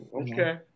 Okay